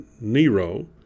Nero